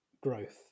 growth